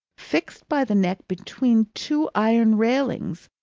fixed by the neck between two iron railings,